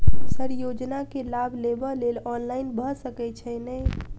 Sir योजना केँ लाभ लेबऽ लेल ऑनलाइन भऽ सकै छै नै?